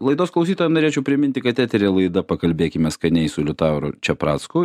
laidos klausytojam norėčiau priminti kad eteryje laida pakalbėkime skaniai su liutauru čepracku